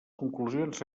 conclusions